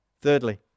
Thirdly